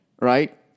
right